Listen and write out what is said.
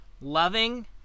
loving